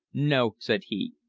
no, said he,